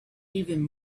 even